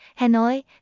Hanoi